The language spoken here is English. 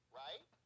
right